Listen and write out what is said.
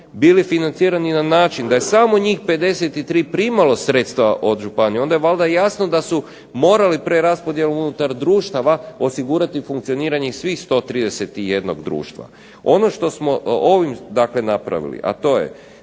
bili financirani na način da je samo njih 53 primalo sredstva od županija onda je valjda jasno da su morali preraspodjelom unutar društava osigurati funkcioniranje svih 131 društvo. Ono što smo ovim napravili, a to je